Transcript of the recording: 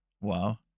Wow